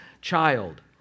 child